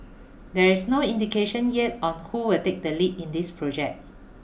there is no indication yet on who will take the lead in this project